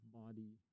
body